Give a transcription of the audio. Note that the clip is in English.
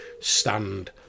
stand